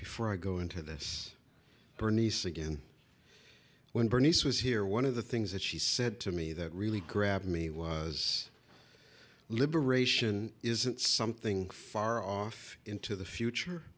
before i go into this bernice again when bernice was here one of the things that she said to me that really grabbed me was liberation isn't something far off into the future